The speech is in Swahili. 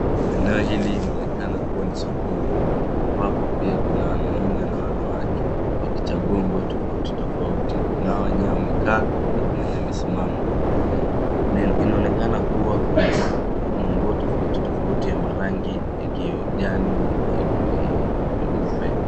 Eneo hili linaonekana kuwa ni sokoni, ambapo pia kuna wanaume na wanawake wakichagua nguo tofauti tofauti nao wenyewe wamekaa na kuna wenye wamesimama. Inaonekana kuwa manguo tofautitofauti ya marangi ya kijani, ya nyeupe.